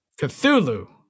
Cthulhu